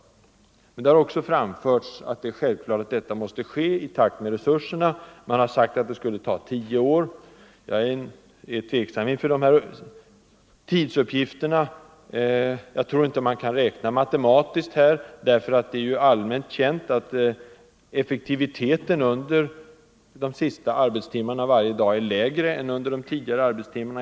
Det har emellertid också framhållits att en sådan sänkning av arbetstiden måste genomföras i takt med resurserna. Det har sagts att det skulle ta tio år. Jag är emellertid litet tveksam när det gäller sådana tidsuppgifter. Jag tror nämligen inte att man här kan räkna alltför schablonmässigt. Det är ju allmänt känt att effektiviteten under de sista arbetstimmarna varje dag är lägre än under dagens tidigare timmar.